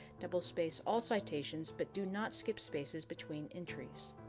double space all citations, but do not skip spaces between entries.